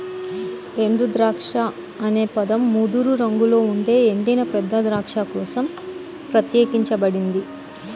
ఎండుద్రాక్ష అనే పదం ముదురు రంగులో ఉండే ఎండిన పెద్ద ద్రాక్ష కోసం ప్రత్యేకించబడింది